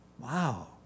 Wow